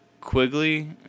Quigley